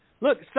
Look